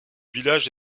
village